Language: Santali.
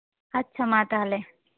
ᱟᱪᱪᱷᱟ ᱢᱟ ᱛᱟᱦᱚᱞᱮ